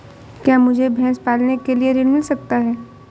क्या मुझे भैंस पालने के लिए ऋण मिल सकता है?